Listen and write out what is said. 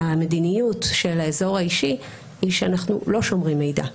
המדיניות של האזור האישי היא שאנחנו לא שומרים מידע .